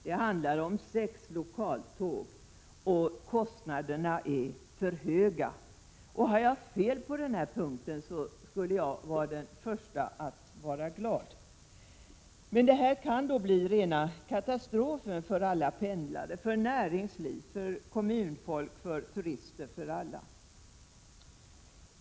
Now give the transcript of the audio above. Det handlar om sex lokaltåg. Kostnaderna är för höga. Har jag fel på den här punkten, skulle jag vara den första att glädja mig. Det här kan bli rena katastrofen för alla pendlare, för näringslivet, för kommunfolk, för turister, för alla.